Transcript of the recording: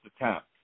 attempt